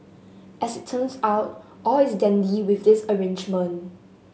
as it turns out all is dandy with this arrangement